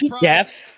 yes